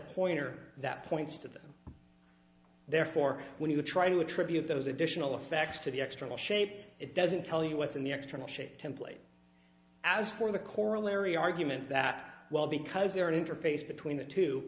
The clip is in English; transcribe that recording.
pointer that points to them therefore when you try to attribute those additional effects to the extra mile shape it doesn't tell you what's in the extra a shape template as for the corollary argument that well because they're an interface between the two